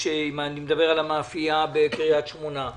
בנושא המאפייה בקרית שמונה,